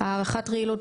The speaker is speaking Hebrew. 8.3. הערכת רעילות,